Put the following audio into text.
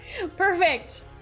Perfect